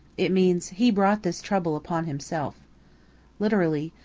it means he brought this trouble upon himself literally,